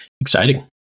exciting